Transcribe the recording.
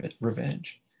revenge